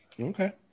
Okay